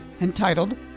entitled